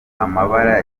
amabara